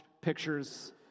pictures